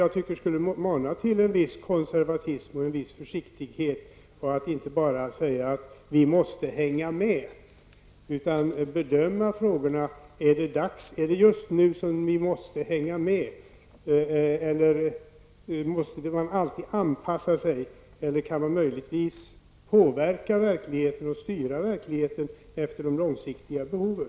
Detta borde mana till en viss konservatism och försiktighet i stället för att bara säga att vi måste hänga med. Man skall i stället bedöma om det är just nu som vi måste hänga med. Måste man alltid anpassa sig, eller kan man möjligtvis påverka och styra verkligheten efter de långsiktiga behoven?